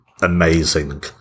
amazing